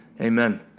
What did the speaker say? Amen